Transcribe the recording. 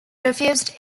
refused